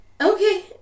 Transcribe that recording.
Okay